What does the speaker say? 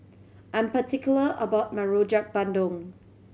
I'm particular about my Rojak Bandung